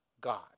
God